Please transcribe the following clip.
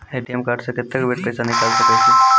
ATM card से कत्तेक बेर पैसा निकाल सके छी?